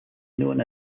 known